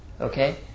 Okay